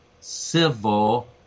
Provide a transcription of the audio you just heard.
civil